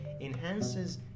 enhances